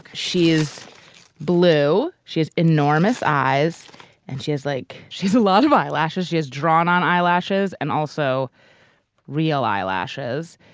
she is blue she has enormous eyes and she is like she's a lot of eyelashes. she has drawn on eyelashes and also real eyelashes.